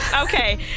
Okay